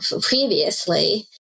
previously